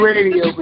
Radio